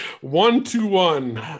One-two-one